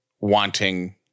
wanting